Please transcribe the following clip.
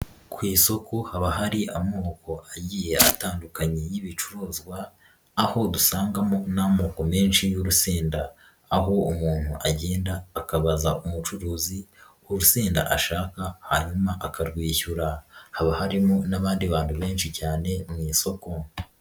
Ku isoko haba hari amoko agiye atandukanye y'ibicuruzwa aho dusangamo n'amoko menshi y'urusenda, aho umuntu agenda akabaza umucuruzi urusenda ashaka hanyuma akarwishyura, haba harimo n'abandi bantu benshi cyane mu isoko.